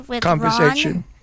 conversation